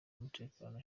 w’umutekano